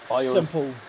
simple